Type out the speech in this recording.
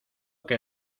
que